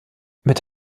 mit